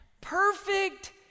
Perfect